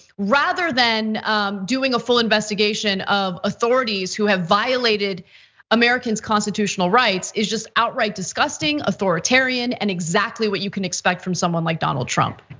rather than doing a full investigation of authorities who have violated americans constitutional rights is just outright disgusting, authoritarian, and exactly what you can expect from someone like donald trump.